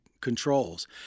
controls